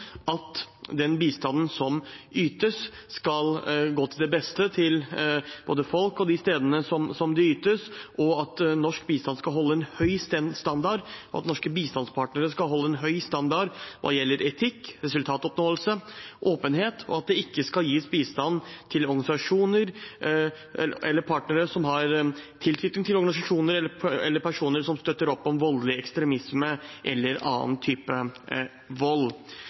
at den bistanden som ytes, skal gå til det beste for både folk og de stedene som det ytes til, og at norsk bistand skal holde en høy standard. Norske bistandspartnere skal holde en høy standard hva gjelder etikk, resultatoppnåelse og åpenhet, og det skal ikke gis bistand til organisasjoner eller partnere som har tilknytning til organisasjoner eller personer som støtter opp om voldelig ekstremisme eller annen type vold.